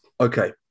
Okay